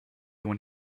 when